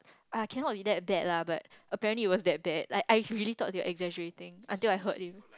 ah cannot be that bad lah but apparently it was that bad like I really thought they were exaggerating until I heard him